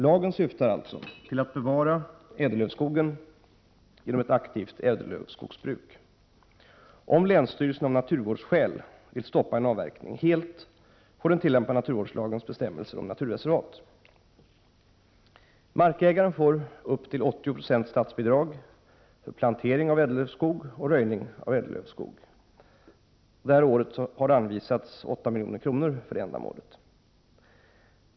Lagen syftar alltså till att bevara ädellövskogen genom ett aktivt ädellövskogsbruk. Om länsstyrelsen av naturvårdsskäl vill stoppa en avverkning helt, får den tillämpa naturvårdslagens bestämmelser om naturreservat. Markägaren får upp till 80 20 statsbidrag till planering och röjning av ädellövskog. Detta år har det anvisats 8 milj.kr. för ändamålet.